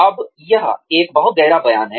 अब यह एक बहुत गहरा बयान है